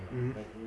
mmhmm